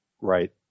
Right